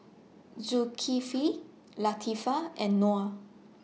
Zulkifli Latifa and Noh